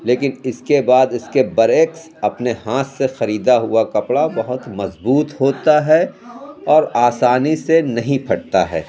لیکن اس کے بعد اس کے برعکس اپنے ہاتھ سے خریدا ہوا کپڑا بہت مضبوط ہوتا ہے اور آسانی سے نہیں پھٹتا ہے